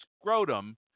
scrotum